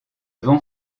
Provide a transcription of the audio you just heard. vent